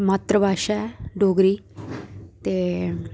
मात्र भाशा ऐ डोगरी ते